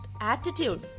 attitude